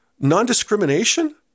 Non-discrimination